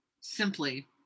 simply